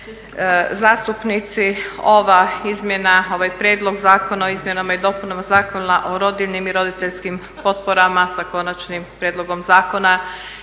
zastupnici. Ova izmjena, ovaj Prijedlog zakona o izmjenama i dopunama Zakona o rodiljnim i roditeljskim potporama sa Konačnim prijedlogom zakona